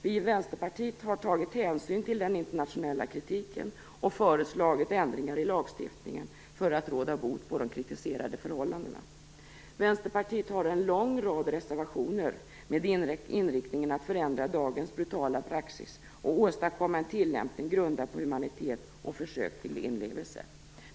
Vi i Vänsterparitet har tagit hänsyn till den internationella kritiken och föreslagit ändringar i lagstiftningen för att råda bot på de kritiserade förhållandena. Vänsterpartiet har en lång rad reservationer med inriktningen att förändra dagens brutala praxis och åstadkomma en tillämpning grundad på humanitet och försök till inlevelse.